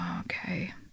okay